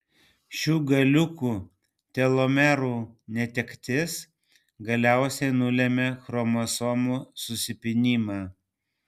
šių galiukų telomerų netektis galiausiai nulemia chromosomų susipynimą